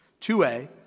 2A